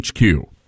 HQ